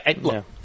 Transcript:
look